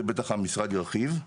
זה בטח המשרד ירחיב.